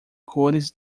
cores